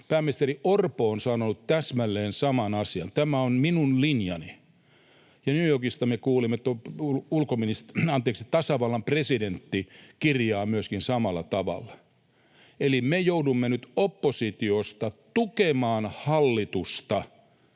Pääministeri Orpo on sanonut täsmälleen saman asian, ”tämä on minun linjani”, ja New Yorkista me kuulimme, että tasavallan presidentti kirjaa myöskin samalla tavalla. Eli me joudumme nyt oppositiosta tukemaan hallitusta